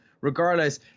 Regardless